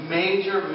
major